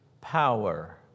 power